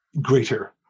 greater